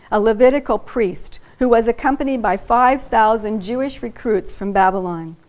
a levitical priest who was accompanied by five thousand jewish recruits from babylon.